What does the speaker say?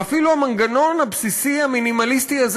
ואפילו המנגנון הבסיסי המינימליסטי הזה